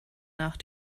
nach